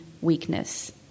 weakness